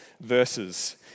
verses